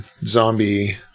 zombie